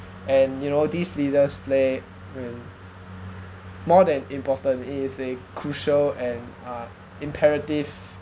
and you know these leaders play an more than important it is a crucial and uh imperative